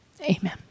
Amen